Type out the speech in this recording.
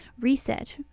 Reset